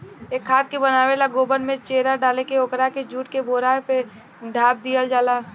ए खाद के बनावे ला गोबर में चेरा डालके ओकरा के जुट के बोरा से ढाप दिहल जाला